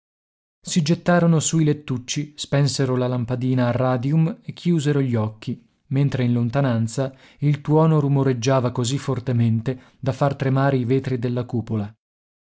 si gettarono sui lettucci spensero la lampadina a radium e chiusero gli occhi mentre in lontananza il tuono rumoreggiava così fortemente da far tremare i vetri della cupola